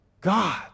God